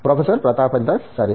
professor Pratap Haridas సరే